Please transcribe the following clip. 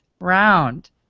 round